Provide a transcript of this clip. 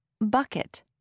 Bucket